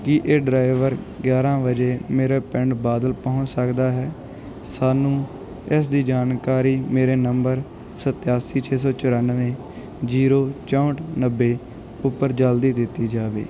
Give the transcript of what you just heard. ਕੀ ਇਹ ਡਰਾਈਵਰ ਗਿਆਰ੍ਹਾਂ ਵਜੇ ਮੇਰੇ ਪਿੰਡ ਬਾਦਲ ਪਹੁੰਚ ਸਕਦਾ ਹੈ ਸਾਨੂੰ ਇਸ ਦੀ ਜਾਣਕਾਰੀ ਮੇਰੇ ਨੰਬਰ ਸਤਾਸੀ ਛੇ ਸੌ ਚੁਰਾਨਵੇਂ ਜ਼ੀਰੋ ਚੌਂਹਠ ਨੱਬੇ ਉੱਪਰ ਜਲਦੀ ਦਿੱਤੀ ਜਾਵੇ